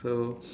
so